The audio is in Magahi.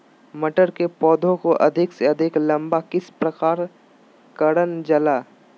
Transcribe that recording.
मटर के पौधा को अधिक से अधिक लंबा किस प्रकार कारण जाला?